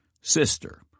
sister